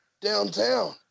downtown